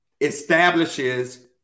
establishes